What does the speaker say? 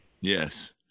Yes